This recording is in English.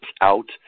out